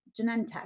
Genentech